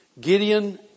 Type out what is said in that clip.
Gideon